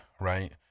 right